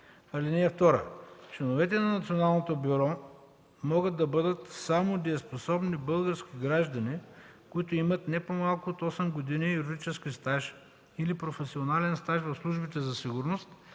години. (2) Членове на Националното бюро могат да бъдат само дееспособни български граждани, които имат не по-малко от 8 години юридически стаж или професионален стаж в службите за сигурност